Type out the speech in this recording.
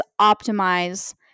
optimize